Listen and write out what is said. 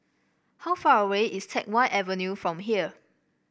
how far away is Teck Whye Avenue from here